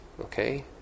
okay